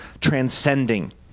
transcending